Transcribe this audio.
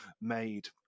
made